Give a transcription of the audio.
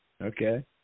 Okay